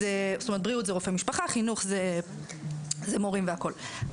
בריאות זה רופא משפחה, חינוך זה מורים והכול.